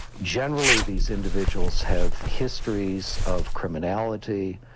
generally these individuals have histories of criminality.